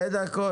שתי דקות